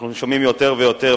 אנחנו שומעים יותר ויותר,